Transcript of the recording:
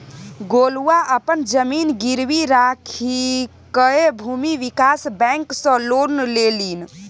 गोलुआ अपन जमीन गिरवी राखिकए भूमि विकास बैंक सँ लोन लेलनि